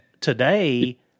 today